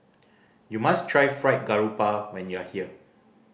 you must try Fried Garoupa when you are here